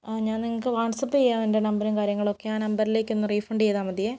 ആ ഞാൻ നിങ്ങൾക്ക് വാട്സാപ് ചെയ്യാം എന്റെ നമ്പറും കാര്യങ്ങളൊക്കെ ആ നമ്പറിലേക്കൊന്നു റീഫണ്ട് ചെയ്താൽ മതിയെ